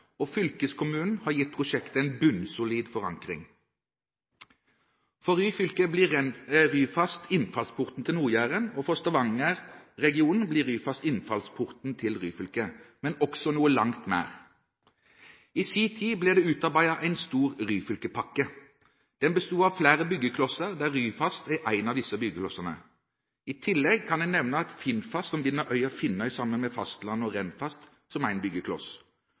og fylkeskommunen har gitt prosjektet en bunnsolid forankring. For Ryfylke blir Ryfast innfallsporten til Nord-Jæren, og for Stavanger-regionen blir Ryfast innfallsporten til Ryfylke, men også til noe langt mer. I sin tid ble det utarbeidet en stor Ryfylke-pakke. Den besto av flere byggeklosser, der Ryfast er en av disse byggeklossene. I tillegg kan man nevne Finnfast, som binder øya Finnøy sammen med fastlandet og Rennfast, som er én byggekloss. Også T-forbindelsen på Karmøy var en